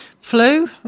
flu